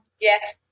Yes